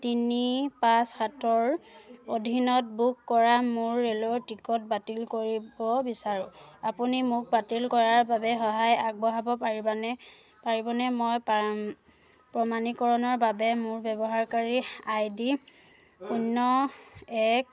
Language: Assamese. তিনি পাঁচ সাতৰ অধীনত বুক কৰা মোৰ ৰে'লৰ টিকট বাতিল কৰিব বিচাৰোঁ আপুনি মোক বাতিল কৰাৰ বাবে সহায় আগবঢ়াব পাৰিবনে পাৰিবনে মই প্ৰমাণীকৰণৰ বাবে মোৰ ব্যৱহাৰকাৰী আইডি শূন্য এক